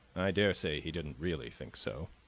i daresay he didn't really think so,